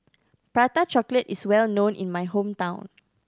Prata Chocolate is well known in my hometown